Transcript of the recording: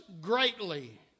greatly